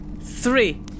three